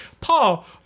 Paul